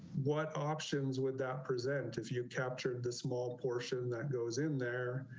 what options would that present. if you captured the small portion that goes in there.